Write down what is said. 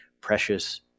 precious